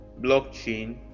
blockchain